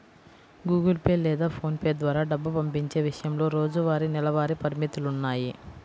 Google Pay లేదా PhonePe ద్వారా డబ్బు పంపించే విషయంలో రోజువారీ, నెలవారీ పరిమితులున్నాయి